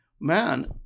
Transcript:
Man